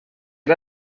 era